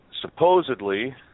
Supposedly